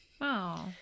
Wow